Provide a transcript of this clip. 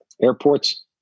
Airports